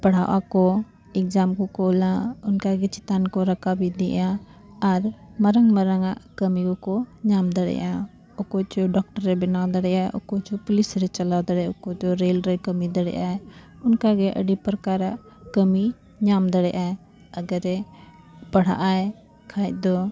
ᱯᱟᱲᱦᱟᱜ ᱟᱠᱚ ᱮᱠᱡᱟᱢ ᱠᱚᱠᱚ ᱚᱞᱟ ᱚᱱᱠᱟᱜᱮ ᱪᱮᱛᱟᱱ ᱠᱚ ᱨᱟᱠᱟᱵ ᱤᱫᱤᱜᱼᱟ ᱟᱨ ᱢᱟᱨᱟᱝ ᱢᱟᱨᱟᱝ ᱟᱜ ᱠᱟᱹᱢᱤ ᱠᱚᱠᱚ ᱧᱟᱢ ᱫᱟᱲᱮᱭᱟᱜᱼᱟ ᱚᱠᱚᱭ ᱪᱚ ᱰᱚᱠᱴᱚᱨ ᱨᱮ ᱵᱮᱱᱟᱣ ᱫᱟᱲᱮᱭᱟᱜᱼᱟ ᱚᱠᱚᱭ ᱪᱚ ᱯᱩᱞᱤᱥ ᱨᱮ ᱪᱟᱞᱟᱣ ᱫᱟᱲᱮᱭᱟᱜᱼᱟ ᱚᱠᱚᱭ ᱪᱚ ᱨᱮᱹᱞ ᱨᱮ ᱠᱟᱹᱢᱤ ᱫᱟᱲᱮᱭᱟᱜᱼᱟ ᱚᱱᱠᱟᱜᱮ ᱟᱹᱰᱤ ᱯᱨᱚᱠᱟᱨᱟᱜ ᱠᱟᱹᱢᱤ ᱧᱟᱢ ᱫᱟᱲᱮᱭᱟᱜᱼᱟ ᱟᱜᱮ ᱨᱮ ᱯᱟᱲᱦᱟᱜ ᱟᱭ ᱠᱷᱟᱡ ᱫᱚ